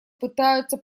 пытаются